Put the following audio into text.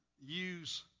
use